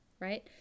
right